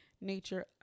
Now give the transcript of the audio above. nature